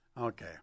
Okay